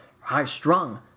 high-strung